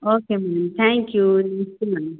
okay ma'am thank you नमस्ते ma'am